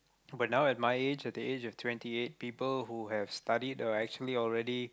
but now at my age at the age of twenty eight people who have studied uh actually already